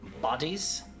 bodies